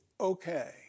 okay